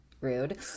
Rude